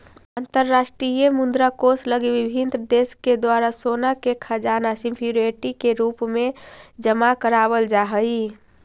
अंतरराष्ट्रीय मुद्रा कोष लगी विभिन्न देश के द्वारा सोना के खजाना सिक्योरिटी के रूप में जमा करावल जा हई